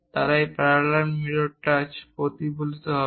তারা এই parabolic mirror touch প্রতিফলিত হবে